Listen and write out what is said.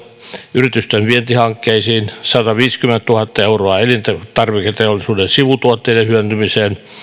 yritysten vientihankkeisiin sataviisikymmentätuhatta euroa elintarviketeollisuuden sivutuotteiden hyödyntämiseen